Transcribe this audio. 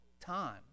time